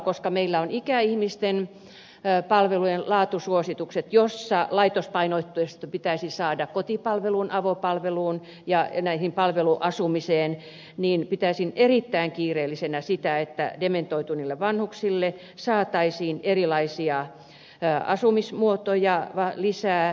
koska meillä on ikäihmisten palvelujen laatusuositukset joissa laitospainotteisuudesta pitäisi siirtyä enemmän kotipalveluun avopalveluun ja palveluasumiseen niin samalla tavalla pitäisin erittäin kiireellisenä sitä että dementoituneille vanhuksille saataisiin erilaisia asumismuotoja lisää